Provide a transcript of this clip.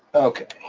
okay,